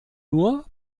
nur